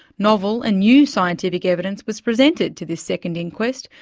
novel and new scientific evidence was presented to this second inquest,